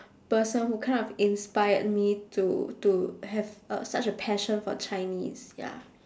person who kind of inspired me to to have uh such a passion for chinese ya